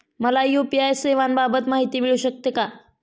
मला यू.पी.आय सेवांबाबत माहिती मिळू शकते का?